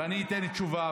ואני אתן תשובה.